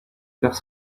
perds